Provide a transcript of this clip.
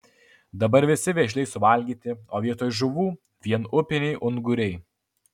dabar visi vėžliai suvalgyti o vietoj žuvų vien upiniai unguriai